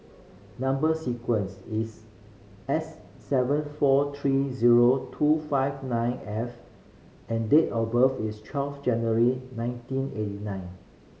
number sequence is S seven four three zero two five nine F and date of birth is twelve January nineteen eighty nine